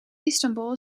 istanboel